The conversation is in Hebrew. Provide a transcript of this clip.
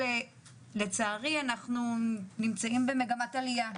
לצערי אנחנו נמצאים במגמת עליה.